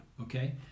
okay